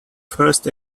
first